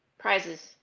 Prizes